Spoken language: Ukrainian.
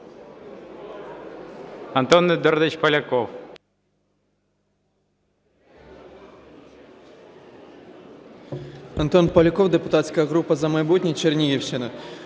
Антон Поляков, депутатська група "За майбутнє", Чернігівщина.